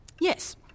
Yes